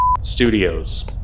Studios